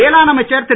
வேளாண் அமைச்சர் திரு